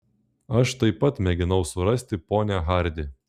aš taip pat mėginau surasti ponią hardi